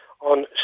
on